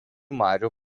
marių